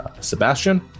Sebastian